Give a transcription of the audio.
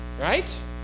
right